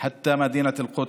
בג'וליס,